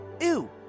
Ew